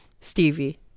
Stevie